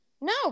No